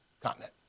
continent